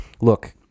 look